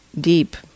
deep